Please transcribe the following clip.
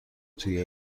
توی